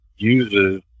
uses